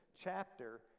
chapter